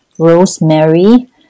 Rosemary